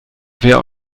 wer